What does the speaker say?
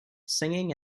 singing